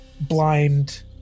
blind